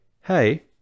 hey